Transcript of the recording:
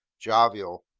jovial,